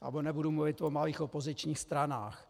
A to nebudu mluvit o malých opozičních stranách.